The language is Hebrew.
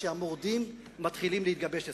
שהמורדים מתחילים להתגבש אצלך.